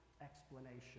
explanation